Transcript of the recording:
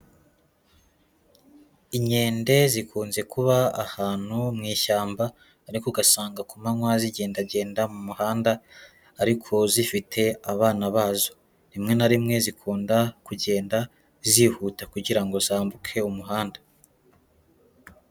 Inkende zikunze kuba ahantu mu ishyamba ariko ugasanga kumanywa zigendagenda mu muhanda ariko zifite abana bazo, rimwe na rimwe zikunda kugenda zihuta kugira ngo zambuke umuhanda.